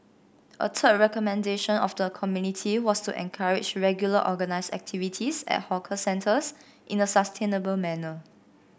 a third recommendation of the community was to encourage regular organised activities at hawker centres in a sustainable manner